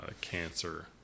cancer